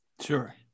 Sure